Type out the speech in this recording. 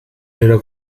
era